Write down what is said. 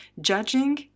judging